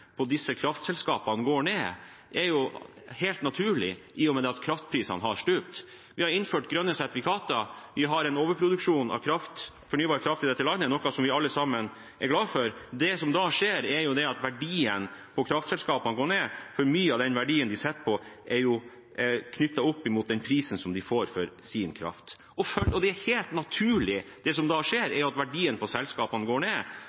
helt naturlig – at kraftprisene har stupt. Vi har innført grønne sertifikater. Vi har en overproduksjon av fornybar kraft i dette landet, noe vi alle sammen er glad for. Det som da skjer, er at verdien på kraftselskapene går ned, for mye av den verdien de sitter på, er jo knyttet opp mot den prisen som de får for sin kraft. Det er helt naturlig det som da skjer, at verdien på selskapene går ned.